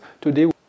Today